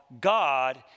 God